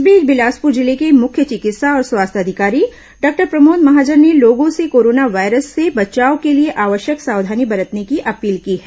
इस बीच बिलासपुर जिले के मुख्य चिकित्सा और स्वास्थ्य अधिकारी डॉक्टर प्रमोद महाजन ने लोगों से कोरोना वायरस से बचाव के लिए आवश्यक सावधानी बरतने की अपील की है